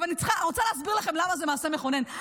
אני רוצה להסביר לכם למה זה מעשה מכונן.